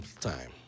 time